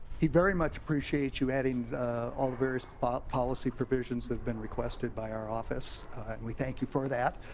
he very much appreciates you adding all the various policy policy provisions that are been requested by our office we thank you for that.